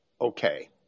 Okay